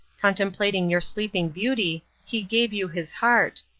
contemplating your sleeping beauty, he gave you his heart.